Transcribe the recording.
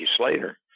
Slater